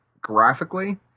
graphically